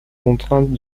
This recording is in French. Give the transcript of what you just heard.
contraintes